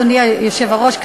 אדוני היושב-ראש,